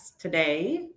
Today